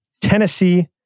Tennessee